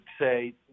say